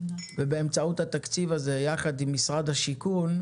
ובאמצעות התקציב הזה, ביחד עם משרד השיכון,